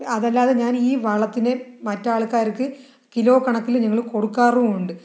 അതല്ലാതെ ഞാൻ ഈ വളത്തിന് മറ്റ് ആൾക്കാർക്ക് കിലോ കണക്കിന് ഞങ്ങള് കൊടുക്കാറുമുണ്ട്